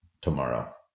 tomorrow